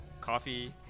coffee